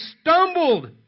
stumbled